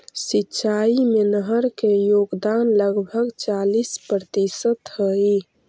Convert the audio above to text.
सिंचाई में नहर के योगदान लगभग चालीस प्रतिशत हई